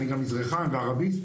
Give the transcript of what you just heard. אני גם מזרחן בערבית,